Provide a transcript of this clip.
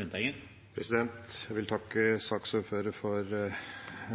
Jeg vil takke saksordføreren for